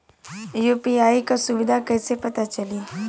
UPI क सुविधा कैसे पता चली?